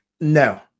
no